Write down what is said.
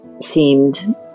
seemed